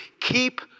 keep